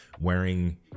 wearing